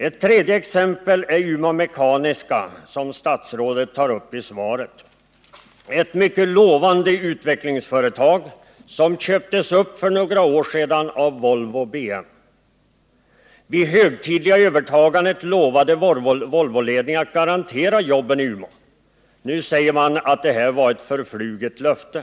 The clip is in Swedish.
Ett tredje exempel är Umeå Mekaniska AB, som statsrådet tar upp i svaret — ett mycket lovande utvecklingsföretag som köptes upp för några år sedan av Volvo BM. Vid det högtidliga övertagandet lovade Volvoledningen att garantera jobben i Umeå. Nu säger man att det var ett förfluget löfte.